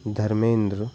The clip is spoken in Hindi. धर्मेन्द्र